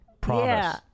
Promise